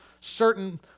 certain